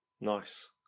nice